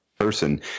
person